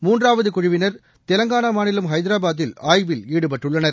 மூன்றாவதுகுழுவினர் தெலங்கானாமாநிலம் ஹைதராபாத்தில் ஆய்வில் ஈடுபட்டுள்ளனர்